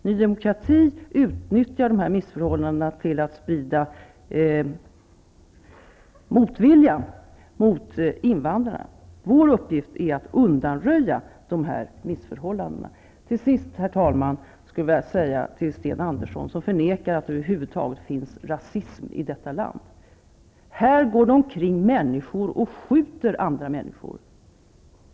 Ny Demokrati utnyttjar de här missförhållandena till att sprida motvilja mot invandrarna. Vår uppgift är att undanröja missförhållandena. Till sist, herr talman, skulle jag vilja vända mig till Sten Andersson i Malmö, som förnekar att det över huvud taget finns rasism i detta land. Det går nu omkring människor och skjuter andra människor.